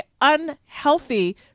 unhealthy